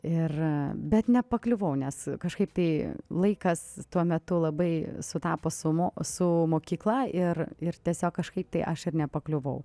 ir bet nepakliuvau nes kažkaip tai laikas tuo metu labai sutapo su mo su mokykla ir ir tiesiog kažkaip tai aš ir nepakliuvau